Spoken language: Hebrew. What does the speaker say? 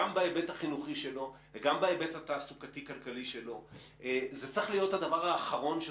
הן בהיבט התעסוקתי והן בהיבט החינוכי,